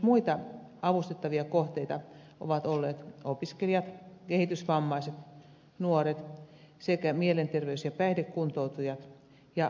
muita avustettavia kohteita ovat olleet opiskelijat kehitysvammaiset nuoret sekä mielenterveys ja päihdekuntoutujat ja asunnottomat